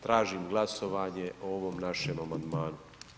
Tražim glasovanje o ovom našem amandmanu.